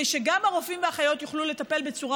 גם כדי שהרופאים והאחיות יוכלו לטפל בצורה